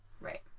Right